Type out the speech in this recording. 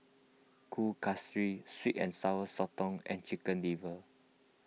Kueh Kasturi Sweet and Sour Sotong and Chicken Liver